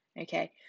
Okay